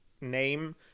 name